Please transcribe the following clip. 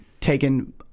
taken